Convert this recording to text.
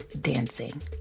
dancing